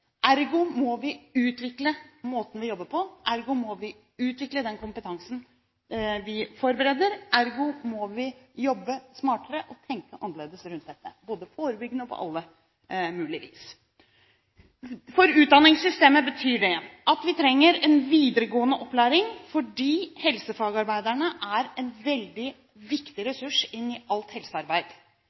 ergo må vi utvikle måten vi jobber på, ergo må vi utvikle den kompetansen vi forbereder, ergo må vi jobbe smartere og tenke annerledes rundt dette – forebyggende og på alle mulige vis. For utdanningssystemet betyr det at vi trenger en videregående opplæring, fordi helsefagarbeiderne er en veldig viktig ressurs i alt helsearbeid.